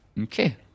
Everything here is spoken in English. Okay